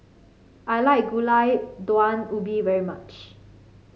I like Gulai Daun Ubi very much